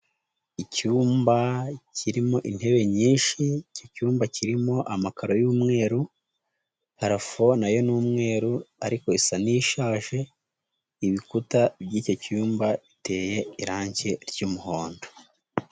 Icyumba kirimo intebe nyinshi, iki cyumba kirimo amakaro y'umweru parafo na yo ni umweru ariko isa n'ishaje, ibikuta by'icyo cyumba biteye irange ry'umuhondo.